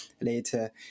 later